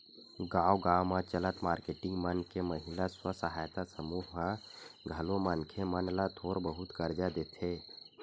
गाँव गाँव म चलत मारकेटिंग मन के महिला स्व सहायता समूह ह घलो मनखे मन ल थोर बहुत करजा देथे